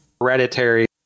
hereditary